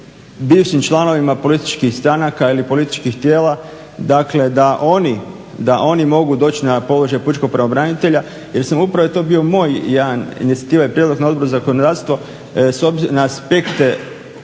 bivšim članovima političkih stranaka, ili političkih tijela, dakle da oni, da oni mogu doći na položaj pučkog pravobranitelja. Jer sam upravo, to je bio moj jedan inicijativa i prijedlog na Odbor za zakonodavstvo, na aspekte